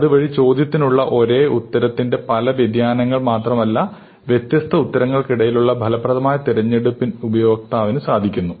അതുവഴി ചോദ്യത്തിനുള്ള ഒരേ ഉത്തരത്തിന്റെ പല വ്യതിയാനങ്ങൾ മാത്രമല്ല വ്യത്യസ്ത ഉത്തരങ്ങൾക്കിടയിലുള്ള ഫലപ്രദമായ തിരഞ്ഞെടുപ്പ് ഉപയോക്താവിനു സാധിക്കുന്നു